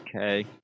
Okay